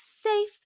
safe